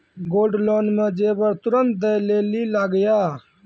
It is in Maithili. गोल्ड लोन मे जेबर तुरंत दै लेली लागेया?